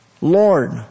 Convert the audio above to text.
Lord